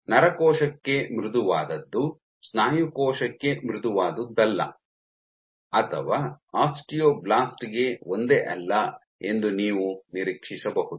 ನರಕೋಶಕ್ಕೆ ಮೃದುವಾದದ್ದು ಸ್ನಾಯು ಕೋಶಕ್ಕೆ ಮೃದುವಾದದ್ದಲ್ಲ ಅಥವಾ ಆಸ್ಟಿಯೋಬ್ಲಾಸ್ಟ್ ಗೆ ಒಂದೇ ಅಲ್ಲ ಎಂದು ನೀವು ನಿರೀಕ್ಷಿಸಬಹುದು